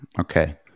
Okay